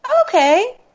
Okay